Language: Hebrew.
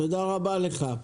תודה רבה לך.